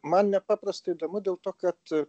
man nepaprastai įdomu dėl to kad